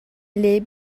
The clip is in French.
les